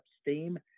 steam